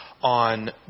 On